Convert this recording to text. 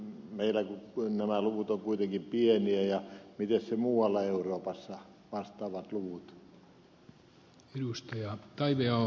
meillä kun nämä luvut ovat kuitenkin pieniä millaisia muualla euroopassa ovat vastaavat luvut